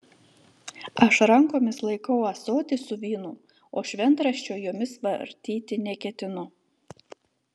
aš rankomis laikau ąsotį su vynu o šventraščio jomis vartyti neketinu